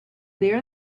there